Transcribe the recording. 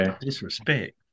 Disrespect